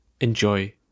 Enjoy